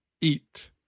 eat